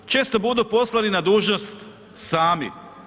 Često budu poslani na dužnost sami.